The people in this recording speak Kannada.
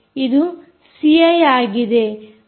ಇದು ಸಿ ಐ ಆಗಿದೆ